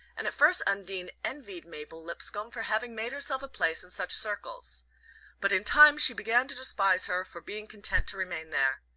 and at first undine envied mabel lipscomb for having made herself a place in such circles but in time she began to despise her for being content to remain there.